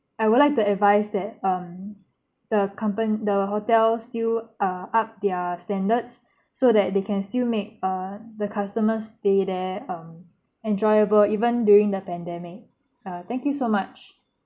I would like to advise that um the compa~ the hotel still uh up their standards so that they can still make err the customer's stay there um enjoyable even during the pandemic uh thank you so much